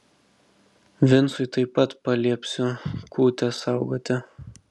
vincui taip pat paliepsiu kūtės saugoti